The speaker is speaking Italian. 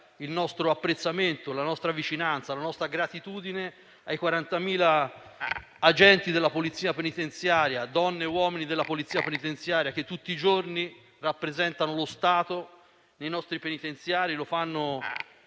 il nostro apprezzamento, la nostra vicinanza e la nostra gratitudine ai 40.000 agenti, donne e uomini, della Polizia penitenziaria che tutti i giorni rappresentano lo Stato nei nostri penitenziari